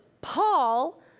Paul